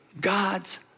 God's